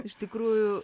iš tikrųjų